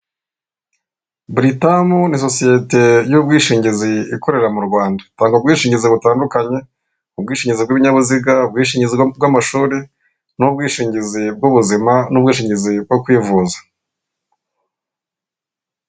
Buritamu (Britam) ni sosiyete y'ubwishingizi ikorera mu Rwanda, itanga ubwishingizi butandukanye ubwishingizi bw'ibinyabiziga, ubwishingizi bw'amashuri ,n'ubwishingizi bw'ubuzima n'ubwishingizi bwo kwivuza.